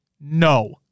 no